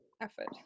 effort